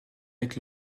avec